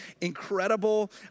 incredible